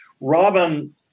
Robin